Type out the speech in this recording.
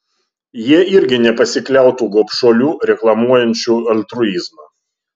jie irgi nepasikliautų gobšuoliu reklamuojančiu altruizmą